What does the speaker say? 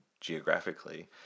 geographically